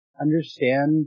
understand